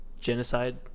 genocide